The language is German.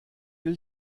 will